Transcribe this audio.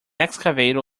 excavator